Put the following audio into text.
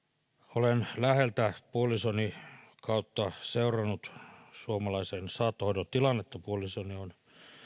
olen läheltä puolisoni kautta seurannut suomalaisen saattohoidon tilannetta puolisoni on